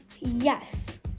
yes